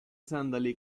sandali